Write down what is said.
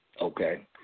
Okay